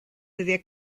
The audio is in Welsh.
dyddiau